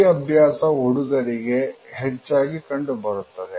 ಈ ಅಭ್ಯಾಸ ಹುಡುಗರಿಗೆ ಹೆಚ್ಚಾಗಿ ಕಂಡುಬರುತ್ತದೆ